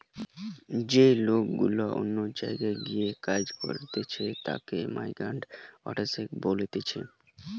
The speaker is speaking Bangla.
যে লোক গুলা অন্য জায়গায় গিয়ে কাজ করতিছে তাকে মাইগ্রান্ট ওয়ার্কার বলতিছে